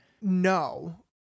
No